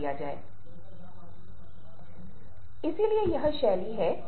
तो मूल रूप से क्या हो रहा है मुस्कुराहट एक ऐसी चीज है जो निश्चित तरीके से जन्मजात होती है